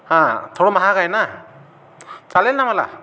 हां थोडं महाग आहे ना चालेल ना मला